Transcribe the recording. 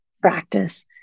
practice